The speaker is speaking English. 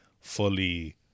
fully